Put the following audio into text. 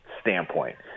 standpoint